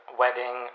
wedding